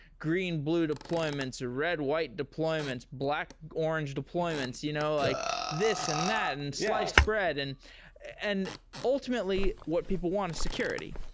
green-blue deployments, deployments, ah red-white deployments, black-orange deployments. you know like this and that and sliced bread. and and ultimately, what people want is security.